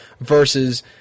versus